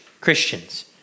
Christians